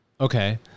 Okay